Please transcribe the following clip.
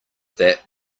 that